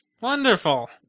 Wonderful